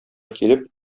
килеп